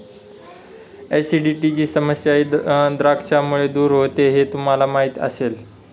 ऍसिडिटीची समस्याही द्राक्षांमुळे दूर होते हे तुम्हाला माहिती असेल